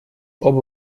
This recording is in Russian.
оба